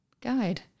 Guide